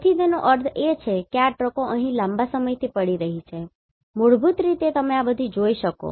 તેથી તેનો અર્થ એ કે આ ટ્રકો અહીં લાંબા સમયથી પડી રહી છે મૂળભૂત રીતે તમે આ બધા જોઈ શકો